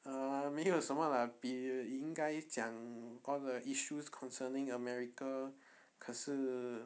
ah 没有什么 lah 比应该讲 all the issues concerning america 可是